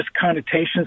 connotations